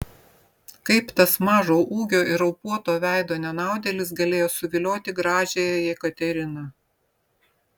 kaip tas mažo ūgio ir raupuoto veido nenaudėlis galėjo suvilioti gražiąją jekateriną